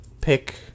pick